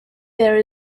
there